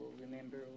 remember